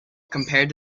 compared